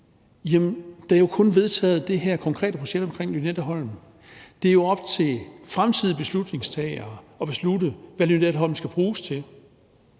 der jo kun er vedtaget det her konkrete projekt om Lynetteholm. Det er op til fremtidige beslutningstagere at beslutte, hvad Lynetteholm skal bruges til.